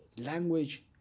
language